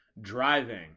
driving